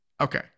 Okay